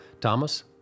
Thomas